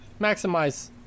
maximize